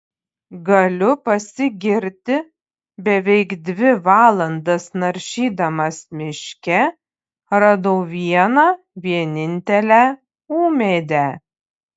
galiu pasigirti beveik dvi valandas naršydamas miške radau vieną vienintelę ūmėdę